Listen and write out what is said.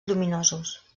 lluminosos